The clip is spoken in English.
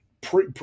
pre